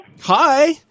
Hi